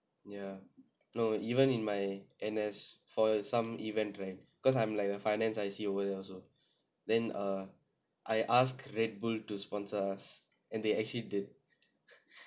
ya no even in my N_S for some event right cause I'm like a finance I_C over there also then err I asked red bull to sponsor us and they actually did